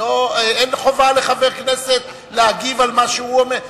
אין חובה לחבר הכנסת להגיב על מה שהוא אומר.